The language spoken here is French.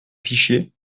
fichier